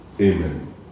Amen